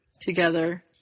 together